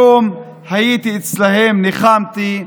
היום הייתי אצלם, ניחמתי.